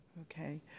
okay